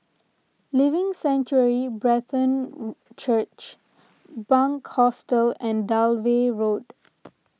Living Sanctuary Brethren Church Bunc Hostel and Dalvey Road